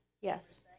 yes